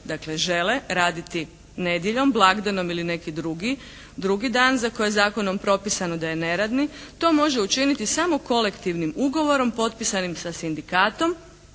dakle žele raditi nedjeljom, blagdanom ili neki drugi dan za koje je zakonom propisano da je neradni, to može učiniti samo kolektivnim ugovorom potpisanim sa sindikatom